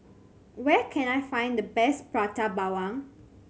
where can I find the best Prata Bawang